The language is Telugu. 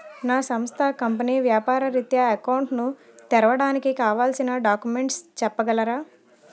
నా సంస్థ కంపెనీ వ్యాపార రిత్య అకౌంట్ ను తెరవడానికి కావాల్సిన డాక్యుమెంట్స్ చెప్పగలరా?